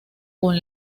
con